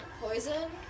poison